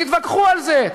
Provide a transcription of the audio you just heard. תתווכחו על זה.